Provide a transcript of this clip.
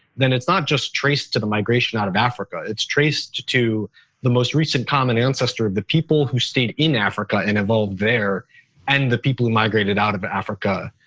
then it's not just traced to the migration out of africa. it's traced to the most recent common ancestor of the people who stayed in africa and evolved there and the people who migrated out of africa.